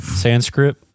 Sanskrit